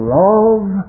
love